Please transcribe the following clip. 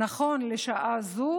"נכון לשעה זו